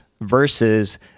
Versus